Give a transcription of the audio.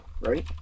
right